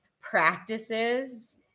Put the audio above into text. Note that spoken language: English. practices